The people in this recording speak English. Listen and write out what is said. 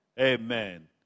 Amen